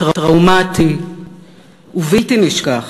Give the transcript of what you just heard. טראומטי ובלתי נשכח.